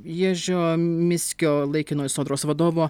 ježio miskio laikinojo sodros vadovo